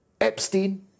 Epstein